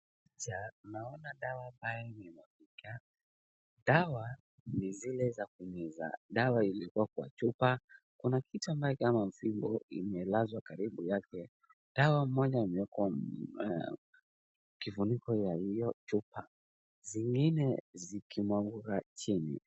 Picha naona dawa ambayo imemwagika, dawa ni zile za kumeza. Dawa ilikuwa kwa chupa, kuna kitu ambaye kama fimbo imelazwa karibu yake. Dawa moja imewekwa kifuniko ya hiyo chupa, zingine zikimwagika chini.